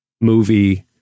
movie